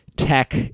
tech